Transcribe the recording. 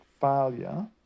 failure